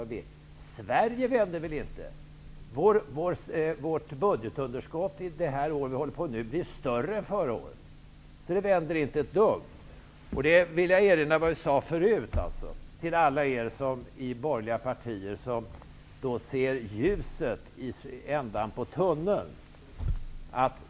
Vårt budgetunderskott i år blir större än förra året. Det vänder alltså inte ett dugg! Jag vill erinra om vad vi sade förut till alla er i borgerliga partier som ser ljuset i änden av tunneln.